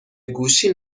گوشی